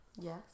Yes